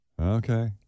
Okay